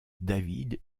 david